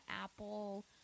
Apple